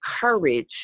courage